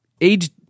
age